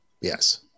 Yes